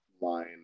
line